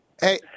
Hey